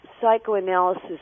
psychoanalysis